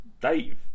Dave